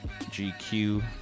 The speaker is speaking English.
GQ